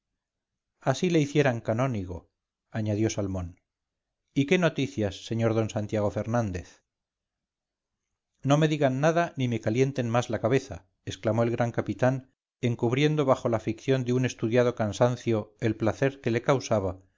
así le hicieran canónigo añadió salmón y qué noticias sr d santiago fernández no me digan nada ni me calienten más la cabeza exclamó el gran capitán encubriendo bajo la ficción de un estudiado cansancio el placer que le causaba